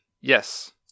Yes